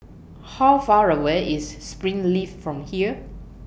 How Far away IS Springleaf from here